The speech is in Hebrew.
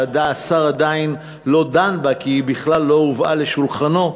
שהשר עדיין לא דן בה כי היא בכלל לא הובאה לשולחנו,